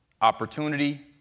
opportunity